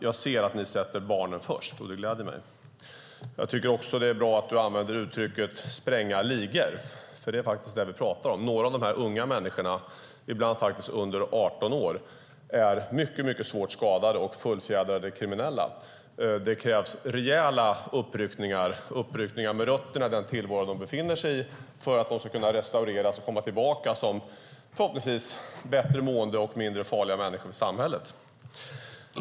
Jag ser att ni sätter barnen först, och det gläder mig. Jag tycker också att det är bra att Lena Olsson använder uttrycket "spränga ligor". Det är faktiskt det vi pratar om. Några av de här unga människorna, ibland faktiskt under 18 år, är mycket svårt skadade och fullfjädrade kriminella. Det krävs rejäla uppryckningar med rötterna ur den tillvaro de befinner sig i för att de ska kunna restaureras och komma tillbaka som, förhoppningsvis, bättre mående och mindre farliga människor för samhället.